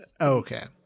Okay